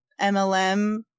MLM